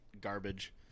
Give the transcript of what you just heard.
garbage